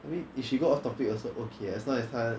I mean if she go off topic also okay as long as 她